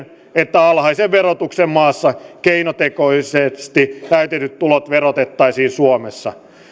että alhaisen verotuksen maassa keinotekoisesti käytetyt tulot verotettaisiin suomessa